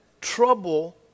trouble